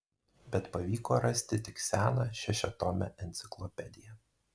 bet pavyko rasti tik seną šešiatomę enciklopediją